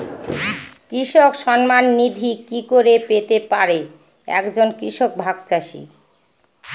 কৃষক সন্মান নিধি কি করে পেতে পারে এক জন ভাগ চাষি?